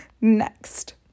next